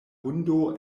hundo